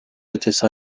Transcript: ötesi